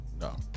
no